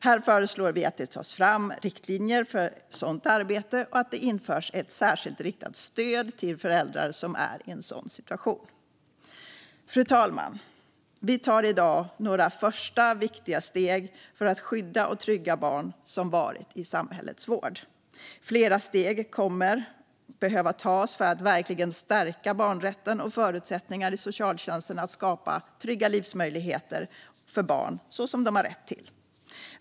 Här föreslår vi att det tas fram riktlinjer för sådant arbete och att det införs ett särskilt riktat stöd till föräldrar som är i en sådan situation. Fru talman! Vi tar i dag några första viktiga steg för att skydda och trygga barn som varit i samhällets vård. Flera steg kommer att behöva tas för att verkligen stärka barnrätten och förutsättningarna i socialtjänsten att skapa trygga livsmöjligheter för barn så som de har rätt till.